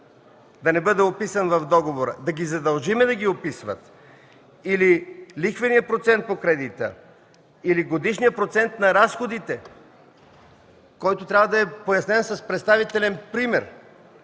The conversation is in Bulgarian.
да не бъде описан в договора?! Да ги задължим да ги описват! Или лихвеният процент по кредита? Или годишният процент на разходите, който трябва да е пояснен с представителен пример?